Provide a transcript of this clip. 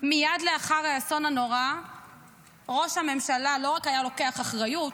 מייד לאחר האסון הנורא ראש הממשלה לא רק היה לוקח אחריות,